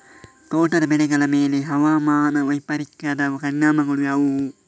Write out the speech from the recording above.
ತೋಟದ ಬೆಳೆಗಳ ಮೇಲೆ ಹವಾಮಾನ ವೈಪರೀತ್ಯದ ಪರಿಣಾಮಗಳು ಯಾವುವು?